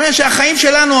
הרי שהחיים שלנו,